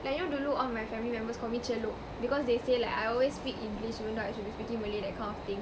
like you know dulu all my family members call me celup because they say like I always speak english even though I should be speaking malay that kind of thing